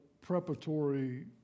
preparatory